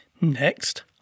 Next